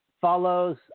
follows